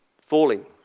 falling